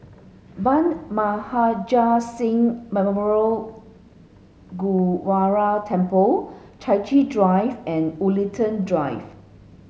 Bhai Maharaj Singh Memorial Gurdwara Temple Chai Chee Drive and Woollerton Drive